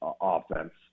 offense